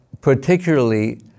particularly